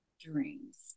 dreams